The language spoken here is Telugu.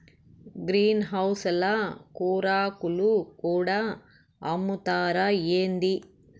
గ్రీన్ హౌస్ ల కూరాకులు కూడా అమ్ముతారా ఏంది